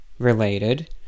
related